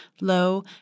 low